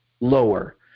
lower